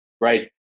right